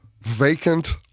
vacant